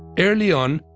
early on,